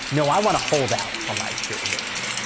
no, i want to hold out for my pure vision.